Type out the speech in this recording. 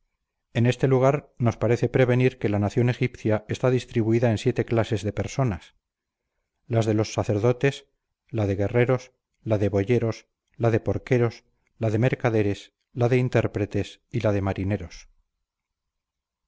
en este lugar nos parece prevenir que la nación egipcia está distribuida en siete clases de personas la de los sacerdotes la de guerreros la de boyeros la de porqueros la de mercaderes la de intérpretes y la de marineros